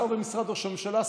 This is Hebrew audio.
שר במשרד ראש הממשלה,